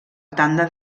tanda